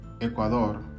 Ecuador